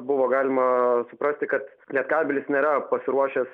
buvo galima suprasti kad lietkabelis nėra pasiruošęs